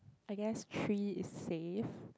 I guess three is safe